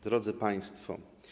Drodzy Państwo!